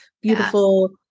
beautiful